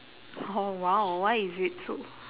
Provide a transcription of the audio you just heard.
oh !wow! why is it so